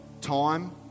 time